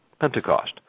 Pentecost